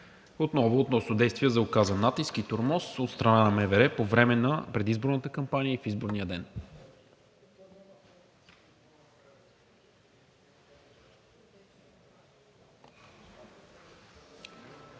отново относно действия за оказан натиск и тормоз от страна на МВР по време на предизборната кампания и в изборния ден.